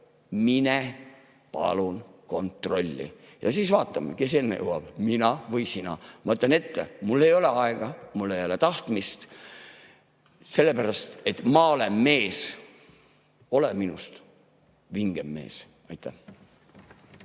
Mine palun kontrolli ja siis vaatame, kes enne sinna jõuab, mina või sina. Ma ütlen ette: mul ei ole aega, mul ei ole tahtmist, sellepärast et ma olen mees. Ole minust vingem mees! Aitäh!